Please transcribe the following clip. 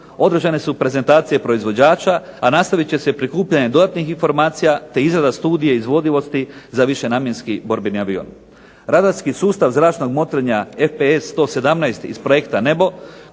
održane su prezentacije proizvođača, a nastavit će se prikupljanja dodatnih informacija, te izrada studije izvodivosti za višenamjenski borbeni avion. Radarski sustav zračnog motrenja FPS 117 iz projekta